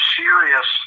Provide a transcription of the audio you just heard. serious